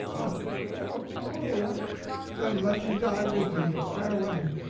oh! oh then let me die with thee. farewell!